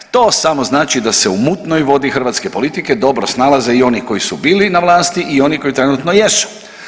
To samo znači da se u mutnoj vodi hrvatske politike dobro snalaze i oni koji su bili na vlasti i oni koji trenutno jesu.